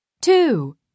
Two